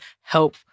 help